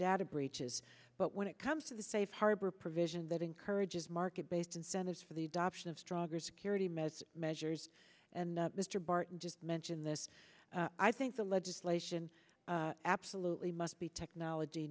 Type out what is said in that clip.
data breaches but when it comes to the safe harbor provision that encourages market based incentives for the adoption of stronger security measures measures and mr barton just mentioned this i think the legislation absolutely must be technology